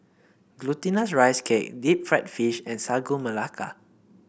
Glutinous Rice Cake Deep Fried Fish and Sagu Melaka